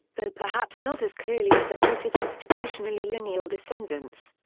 though perhaps not as clearly as the noted institutionally lineal descendants.